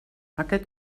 aquest